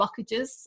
blockages